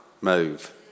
move